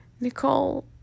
Nicole